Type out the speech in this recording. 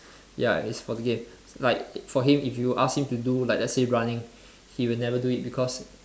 ya is for the game like for him if you ask him to do like let's say running he will never do it because